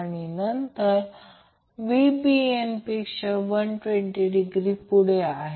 आणि नंतर Vbn पेक्षा 120° पुढे आहे